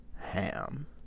ham